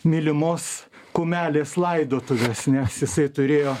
mylimos kumelės laidotuvės nes jisai turėjo